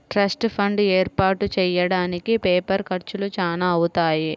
trust fund ఏర్పాటు చెయ్యడానికి paper ఖర్చులు చానా అవుతాయి